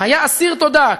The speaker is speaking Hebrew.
היה אסיר תודה,